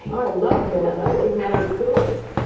i love men. i think men are the coolest,